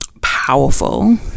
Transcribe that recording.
powerful